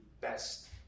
best